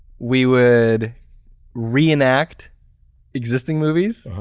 we would reenact existing movies,